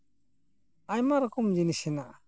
ᱟᱭᱢᱟ ᱨᱚᱠᱚᱢ ᱡᱤᱱᱤᱥ ᱦᱮᱱᱟᱜᱼᱟ